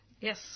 Yes